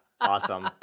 Awesome